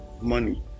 money